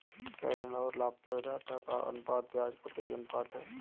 क्या ऋण और लाभप्रदाता का अनुपात ब्याज कवरेज अनुपात है?